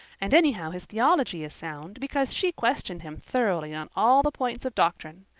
and anyhow his theology is sound because she questioned him thoroughly on all the points of doctrine.